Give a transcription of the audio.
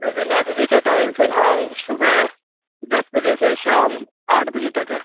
دیکھیے لائبریری کے ٹائم فی الحال صبح دس بجے سے شام آٹھ بجے تک ہے